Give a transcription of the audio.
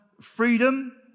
freedom